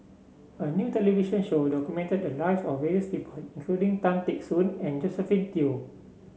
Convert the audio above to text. a new television show documented the lives of various people including Tan Teck Soon and Josephine Teo